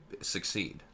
succeed